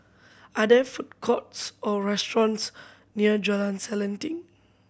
are there food courts or restaurants near Jalan Selanting